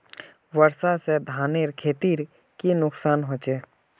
वर्षा से धानेर खेतीर की नुकसान होचे?